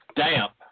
damp